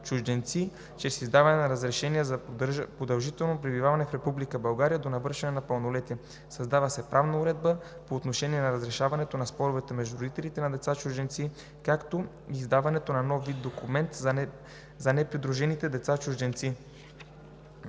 чрез издаване на разрешение за продължително пребиваване в Република България до навършване на пълнолетие. Създава се правна уредба по отношение на разрешаването на спорове между родители на деца чужденци, както и издаването на нов вид документ за непридружените деца чужденци.